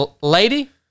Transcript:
Lady